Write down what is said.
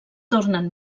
tornen